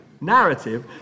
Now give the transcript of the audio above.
narrative